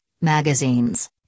magazines